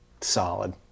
solid